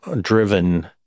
driven